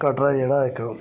कटड़ा जेह्ड़ा इक